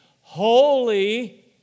Holy